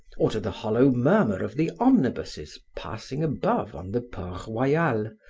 or to the hollow murmur of the omnibuses passing above on the port royal,